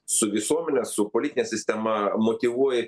su visuomene su politine sistema motyvuoja